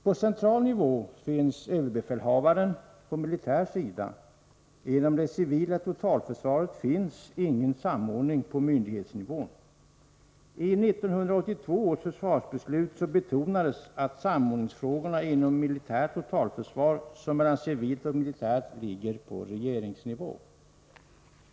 På central nivå finns ÖB på den militära sidan, men inom det civila totalförsvaret finns ingen samordning på myndighetsnivå. I 1982 års försvarsbeslut betonades att samordningsfrågorna inom militärt totalförsvar och vad gäller civilt och militärt ligger på regeringsnivå.